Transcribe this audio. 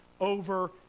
over